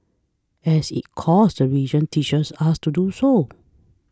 as its core the religion teaches us to do sore